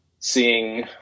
Seeing